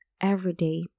everyday